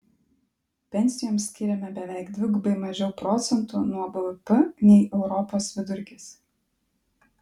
pensijoms skiriame beveik dvigubai mažiau procentų nuo bvp nei europos vidurkis